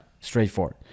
Straightforward